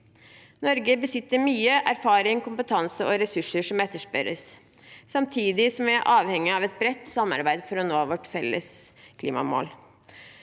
Norge besitter mye erfaring, kompetanse og ressurser som etterspørres, samtidig som vi er avhengig av et bredt samarbeid for å nå vårt felles klimamål,